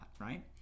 right